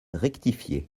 rectifié